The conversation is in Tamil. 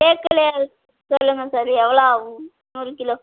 தேக்கில் சொல்லுங்கள் சார் எவ்வளோ ஆகும் நூறு கிலோ